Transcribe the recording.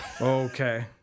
okay